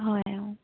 হয় অ